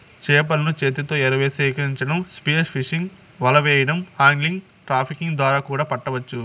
చేపలను చేతితో ఎరవేసి సేకరించటం, స్పియర్ ఫిషింగ్, వల వెయ్యడం, ఆగ్లింగ్, ట్రాపింగ్ ద్వారా కూడా పట్టవచ్చు